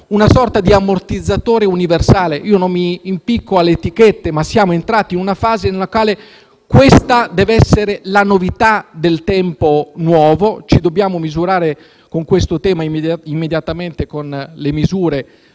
una sorta di ammortizzatore universale. Non mi impicco alle etichette, ma siamo entrati in una fase nella quale questa deve essere la novità del tempo nuovo. Ci dobbiamo confrontare su questo tema immediatamente, con le misure